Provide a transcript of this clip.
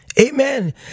Amen